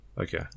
okay